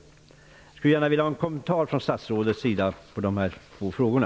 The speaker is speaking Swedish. Jag skulle gärna vilja ha en kommentar från statsrådets sida.